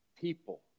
people